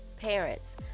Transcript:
Parents